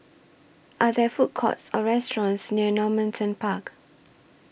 Are There Food Courts Or restaurants near Normanton Park